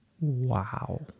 Wow